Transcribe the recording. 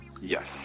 Yes